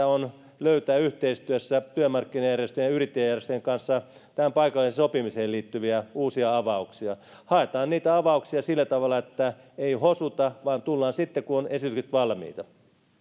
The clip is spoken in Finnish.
on löytää yhteistyössä työmarkkinajärjestöjen ja yrittäjäjärjestöjen kanssa tähän paikalliseen sopimiseen liittyviä uusia avauksia haetaan niitä avauksia sillä tavalla että ei hosuta vaan tullaan sitten kun esimerkit ovat valmiita